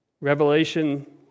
Revelation